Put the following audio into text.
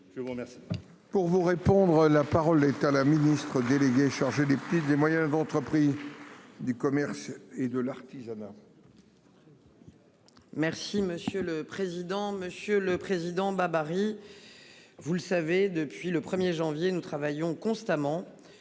je vous remercie